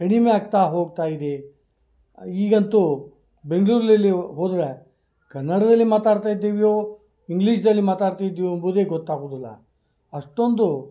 ಕಡಿಮೆ ಆಗ್ತಾ ಹೋಗ್ತಾಯಿದೆ ಈಗಂತೂ ಬೆಂಗಳೂರಲ್ಲಿ ಹೋದರೆ ಕನ್ನಡದಲ್ಲಿ ಮಾತಾಡ್ತಾ ಇದ್ದೀವೋ ಇಂಗ್ಲೀಷ್ದಲ್ಲಿ ಮಾತಾಡ್ತಾ ಇದ್ದಿವೋ ಎಂಬುದೇ ಗೊತ್ತಾಗುವುದಿಲ್ಲ ಅಷ್ಟೊಂದು